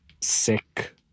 sick